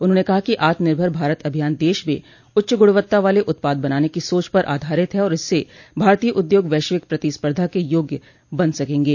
उन्होंने कहा कि आत्मनिर्भर भारत अभियान देश में उच्च गूणवत्ता वाले उत्पाद बनाने की सोच पर आधारित है और इससे भारतीय उद्योग वश्विक प्रतिस्पर्धा के योग्य बन सकेंगे